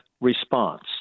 response